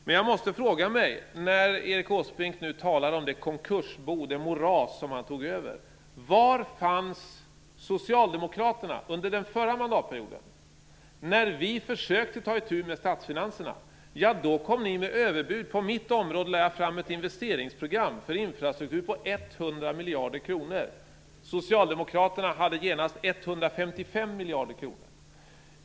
Men jag måste fråga mig, när Erik Åsbrink nu talar om det konkursbo, det moras, som han tog över: Var fanns Socialdemokraterna under den förra mandatperioden, när vi försökte ta itu med statsfinanserna? Ja, då kom de med överbud. På mitt område lade jag fram ett investeringsprogram för infrastruktur på 100 miljarder kronor. Socialdemokraterna hade genast ett program på 155 miljarder kronor.